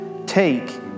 Take